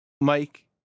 Mike